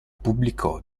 pubblicò